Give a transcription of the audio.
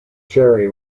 cherry